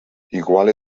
igual